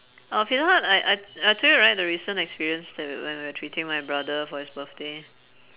oh pizza hut I I I told you right the recent experience that w~ when we were treating my brother for his birthday